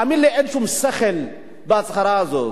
תאמין לי שאין שום שכל בהצהרה הזאת.